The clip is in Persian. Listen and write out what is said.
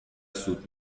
سود